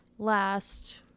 last